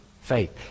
faith